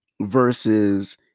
versus